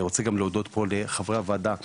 אני רוצה להודות גם לחברי הוועדה.